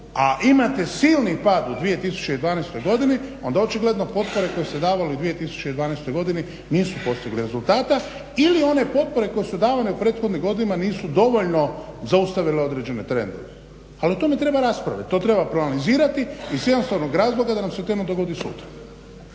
a imate silni pad u 2012. godini onda očigledno potpore koje su se davale u 2012. godini nisu postigle rezultata ili one potpore koje su davane u prethodnim godinama nisu dovoljno zaustavile određene trendove. Ali o tome treba raspraviti, to treba proanalizirati iz jednostavnog razloga da nam se to ne dogodi sutra.